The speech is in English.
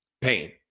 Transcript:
Pain